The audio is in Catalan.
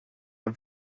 amb